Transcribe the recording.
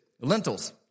Lentils